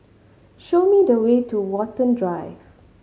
show me the way to Watten Drive